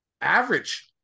average